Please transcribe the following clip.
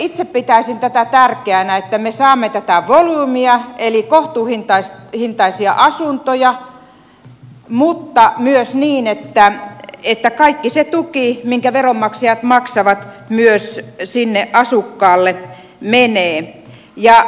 itse pitäisin tätä tärkeänä että me saamme tätä volyymia eli kohtuuhintaisia asuntoja mutta myös niin että kaikki se tuki minkä veronmaksajat maksavat myös sinne asukkaalle menee